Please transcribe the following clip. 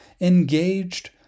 engaged